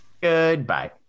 Goodbye